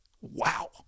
Wow